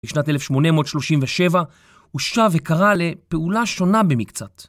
בשנת 1837 הוא שב וקרא לפעולה שונה במקצת.